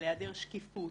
על היעדר שקיפות,